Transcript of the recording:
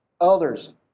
Others